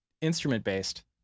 instrument-based